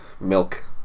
Milk